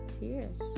tears